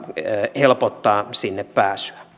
helpottaa sinne pääsyä